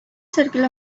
circle